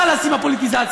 חלאס עם הפוליטיזציה.